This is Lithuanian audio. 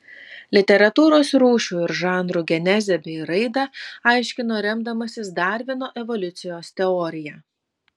literatūros rūšių ir žanrų genezę bei raidą aiškino remdamasis darvino evoliucijos teorija